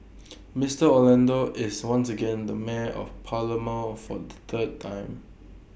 Mister Orlando is once again the mayor of Palermo for the third time